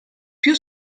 più